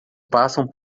passam